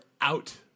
out